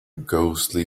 ghostly